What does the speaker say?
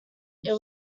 that